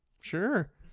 Sure